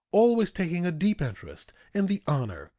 always taking a deep interest in the honor,